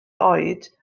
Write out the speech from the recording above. oed